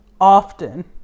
often